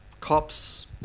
cops